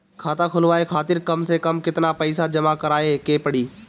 खाता खुलवाये खातिर कम से कम केतना पईसा जमा काराये के पड़ी?